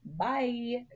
bye